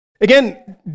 Again